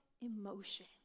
emotion